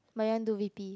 Mayan do V_P